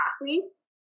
athletes